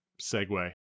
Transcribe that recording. segue